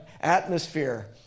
atmosphere